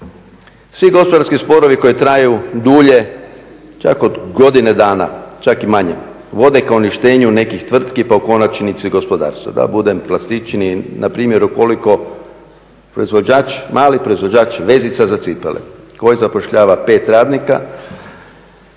Svi gospodarski sporovi koji traju dulje čak od godine dana, čak i manje vode ka uništenju nekih tvrtki pa u konačnici i gospodarstva. Da budem klasičniji na primjer ukoliko proizvođač, mali proizvođač vezica za cipele koji zapošljava pet radnika